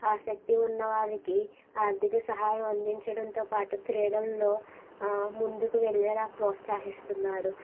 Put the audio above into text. ఆసక్తి ఉన్నవారికి ఆర్థిక సహాయం అందించడంతో పాటు క్రీడల్లో ముందుకు వెళ్ళేలా ప్రోత్సాహిస్తున్నారు